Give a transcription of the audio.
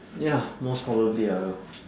ya most probably I will